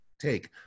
take